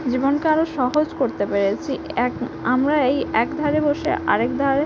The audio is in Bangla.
জীবনকে আরও সহজ করতে পেরেছি এক আমরা এই একধারে বসে আরেক ধারে